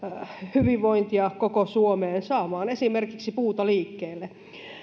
hyvinvointia koko suomeen saamaan esimerkiksi puuta liikkeelle